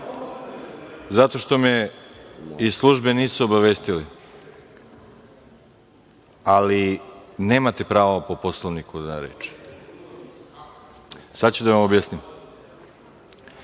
zato što me iz službe nisu obavestili, ali, vi nemate pravo po Poslovniku za reč. Sada ću da vam objasnim.(Saša